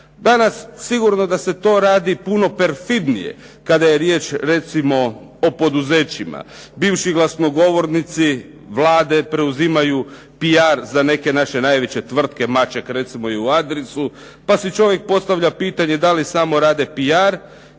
Danas se sigurno to radi puno perfidnije, kada je riječ recimo o poduzećima. Bivši glasnogovornici Vlade preuzimaju PR za neke naše najveće tvrtke, … /Govornik se ne razumije./ … pa si čovjek postavlja pitanje da li samo rade PR